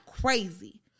crazy